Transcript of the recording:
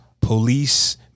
police